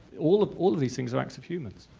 all of all of these things are act of humans.